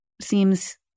seems